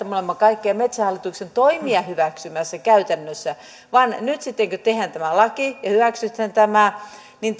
me olemme kaikkia metsähallituksen toimia hyväksymässä käytännössä vaan nyt sitten kun tehdään tämä laki ja hyväksytään tämä niin